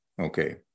Okay